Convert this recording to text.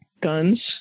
guns